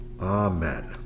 Amen